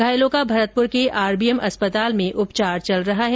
घायलों का भरतपुर के आरबीएम अस्पताल में उपचार किया जा रहा है